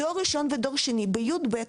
דור ראשון ודור שני בי"ב,